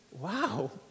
wow